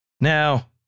Now